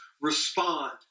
respond